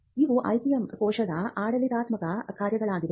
ಇವು IPM ಕೋಶದ ಆಡಳಿತಾತ್ಮಕ ಕಾರ್ಯಗಳಾಗಿವೆ